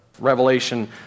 Revelation